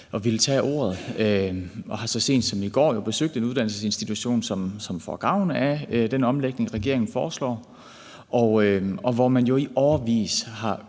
at ville tage ordet. Jeg har så sent som i går besøgt en uddannelsesinstitution, som får gavn af den omlægning, regeringen foreslår. Man har jo i årevis